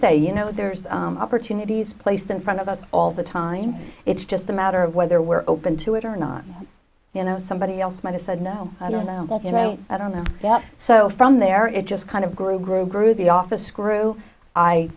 say you know there's opportunities placed in front of us all the time it's just a matter of whether we're open to it or not you know somebody else might have said no i don't know yet so from there it just kind of grew grew grew the office crew i